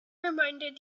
reminded